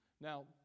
Now